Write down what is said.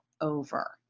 over